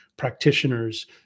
practitioners